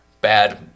bad